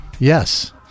Yes